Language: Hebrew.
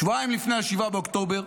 שבועיים לפני 7 באוקטובר,